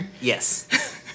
yes